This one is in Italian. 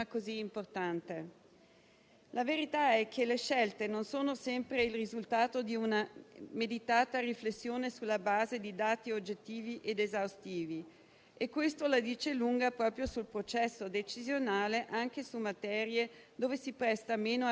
misure a volte si introducono per via di un processo di valutazione che si basa su informazioni inesatte o incomplete. Questa mozione è anche un invito ad avviare una riflessione sull'intero meccanismo della decisione pubblica,